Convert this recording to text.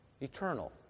eternal